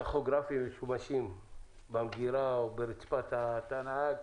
טכוגרפים משומשים במגירה או ברצפת תא הנהג,